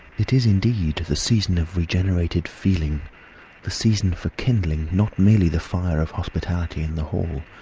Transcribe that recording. it is, indeed, the season of regenerated feeling the season for kindling, not merely the fire of hospitality in the hall,